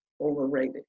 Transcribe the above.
overrated